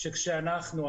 שכאשר אנחנו,